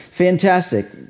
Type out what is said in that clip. Fantastic